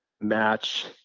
match